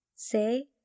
Say